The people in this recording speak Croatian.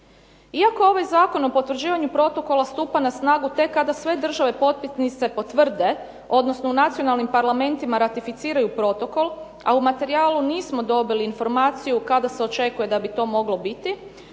Iako ovaj Zakon o potvrđivanju protokola stupa na snagu tek kada sve države potpisnice potvrde, odnosno u nacionalnim parlamentima ratificiraju protokol, a u materijalu nismo dobili informaciju kada se očekuje da bi to moglo biti,